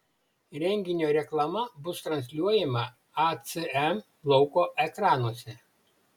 renginio reklama bus transliuojama acm lauko ekranuose